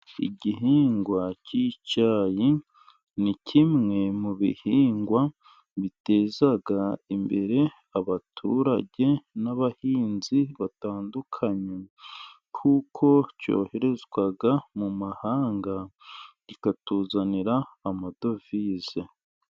Igihingwa cy'icyayi ni kimwe mu bihingwa biteza imbere abaturage n'abahinzi batandukanye, kuko cyoherezwa mu mahanga kikatuzanira amadovize.